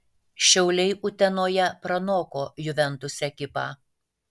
šiauliai utenoje pranoko juventus ekipą